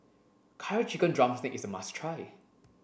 curry chicken drumstick is a must try